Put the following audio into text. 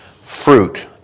fruit